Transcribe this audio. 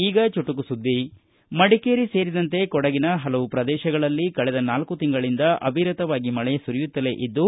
ಈಗ ಚುಟುಕು ಸುದ್ದಿ ಮಡಿಕೇರಿ ಸೇರಿದಂತೆ ಕೊಡಗಿನ ಹಲವು ಪ್ರದೇಶಗಳಲ್ಲಿ ಕಳೆದ ನಾಲ್ಕು ತಿಂಗಳನಿಂದ ಅವಿರತವಾಗಿ ಮಳೆ ಸುರಿಯುತ್ತಲೇ ಇದ್ದು